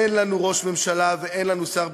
אין לנו ראש ממשלה ואין לנו שר ביטחון,